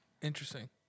Interesting